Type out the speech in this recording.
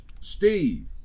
steve